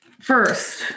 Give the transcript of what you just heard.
First